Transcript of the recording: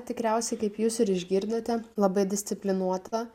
tikriausiai kaip jūs ir išgirdote labai disciplinuota